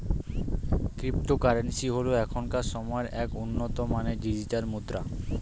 cryptocurrency হল এখনকার সময়ের এক উন্নত মানের ডিজিটাল মুদ্রা